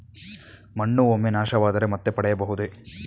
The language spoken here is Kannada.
ಮಣ್ಣು ಒಮ್ಮೆ ನಾಶವಾದರೆ ಮತ್ತೆ ಪಡೆಯಬಹುದೇ?